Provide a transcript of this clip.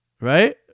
Right